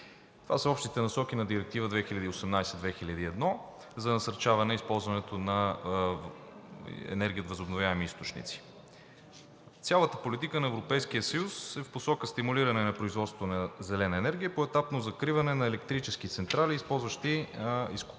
Това са общите насоки на Директива 2018/2001 за насърчаване и използване на енергия от възобновяеми източници. Цялата политика на Европейския съюз е в посока стимулиране на производството на зелена енергия, поетапно закриване на електрически централи, използващи изкопаеми